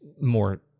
more